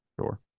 Sure